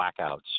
blackouts